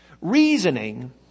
reasoning